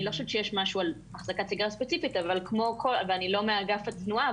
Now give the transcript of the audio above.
אני לא חושבת שיש משהו ספציפי על זה ואני לא מאגף התנועה,